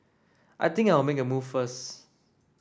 I think I'll make a move first